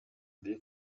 mbere